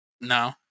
no